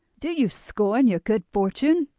do you scorn your good fortune?